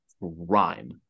rhyme